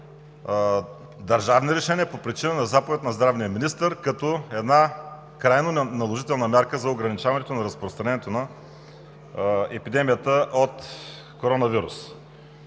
държавни решения, по причина на заповед на здравния министър, като една крайно наложителна мярка за ограничаването на разпространението на епидемията от коронавирус.